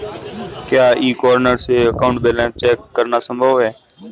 क्या e corner से account balance check करना संभव है?